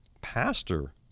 pastor